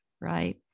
right